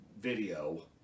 video